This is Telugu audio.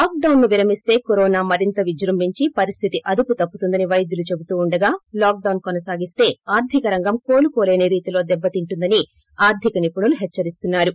లాక్ డౌస్ ను విరమిస్తే కరోనా మరింత విజ్వంభించి పరిస్షితి అదుపు తప్పుతుందని పైద్యులు చెబుతుండగా లాక్ డౌన్ కొనసాగిస్తే ఆర్ధిక రంగం కోలుకోలేని రీతిలో దెబ్పతింటుందని ఆర్ధిక నిపుణులు హెచ్చరిస్తున్నారు